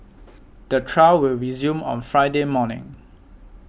the trial will resume on Friday morning